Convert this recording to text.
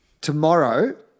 tomorrow